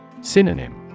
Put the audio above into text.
Synonym